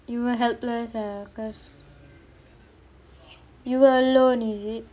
you were helpless ah cause you were alone is it